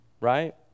right